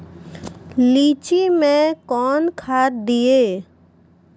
लीची मैं कौन खाद दिए?